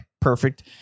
perfect